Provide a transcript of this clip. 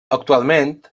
actualment